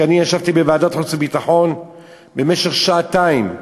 כי אני ישבתי בוועדת החוץ והביטחון במשך שעתיים,